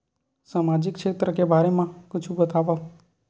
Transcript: सामजिक क्षेत्र के बारे मा कुछु बतावव?